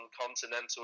continental